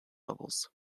levels